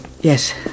Yes